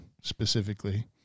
specifically